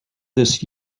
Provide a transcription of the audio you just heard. this